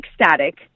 ecstatic